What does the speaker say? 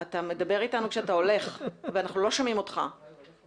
אנחנו לוקחים חלק בכל